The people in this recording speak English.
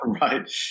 Right